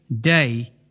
day